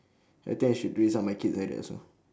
I think I should raise up my kids like that also